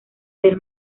del